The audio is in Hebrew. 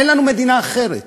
אין לנו מדינה אחרת.